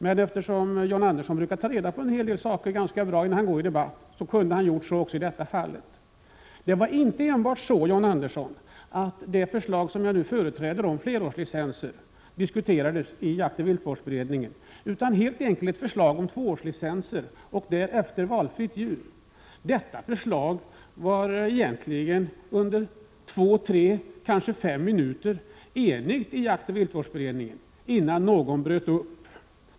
Men eftersom John Andersson brukar kunna ta reda på saker och ting ganska bra innan han går i debatt, kunde han ha gjort så också i detta fall. Det var inte så, John Andersson, att enbart det förslag som jag nu företräder, det om flerårslicenser, diskuterades i jaktoch viltvårdsberedningen. Först var det ett förslag om tvåårslicenser och därefter valfritt djur. Om detta förslag var under två, tre eller kanske fem minuter jaktoch viltvårdsberedningen enig, innan någon bröt upp.